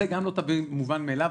זה גם לא מובן מאליו.